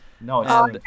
no